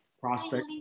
prospect